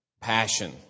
passion